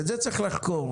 את זה צריך לחקור,